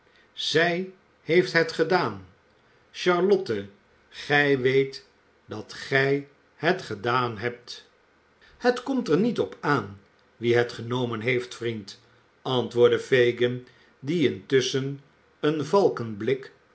zij heeft het gedaan charlpttej gij weet dat gij het gedaan hebt het komt er niet op aan wie het genomen heeft vriend antwoordde fagin die intusschen een valkenblik